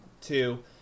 two